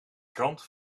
krant